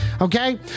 Okay